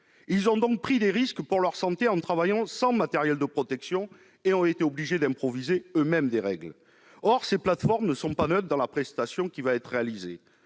ont donc pris des risques pour leur santé en travaillant sans matériel de protection, et ils ont été obligés d'improviser eux-mêmes des règles. Or ces plateformes ne sont pas neutres dans la prestation réalisée.